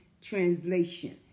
Translation